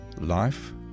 life